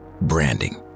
branding